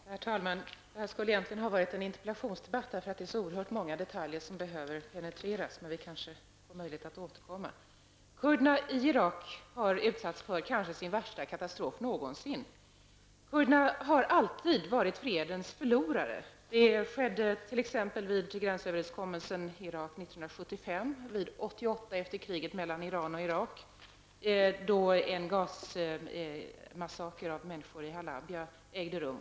Herr talman! Det här skulle egentligen ha varit en interpellationsdebatt. Det är så oerhört många detaljer som behöver penetreras. Vi kanske har möjlighet att få återkomma. Kurderna i Irak har utsatts för sin kanske värsta katastrof någonsin. Kurderna har alltid varit fredens förlorare. Vi har t.ex. gränsöverenskommelsen i Irak 1975. Vidare har vi 1988 efter kriget mellan Iran och Irak, då en gasmassaker på människor i Halabfa ägde rum.